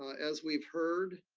as we've heard,